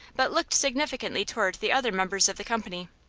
but looked significantly toward the other members of the company.